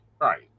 Right